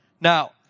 Now